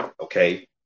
Okay